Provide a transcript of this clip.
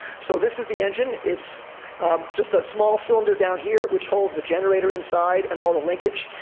so this is the engine. it's just a small cylinder down here, which holds the generator inside and all the linkage,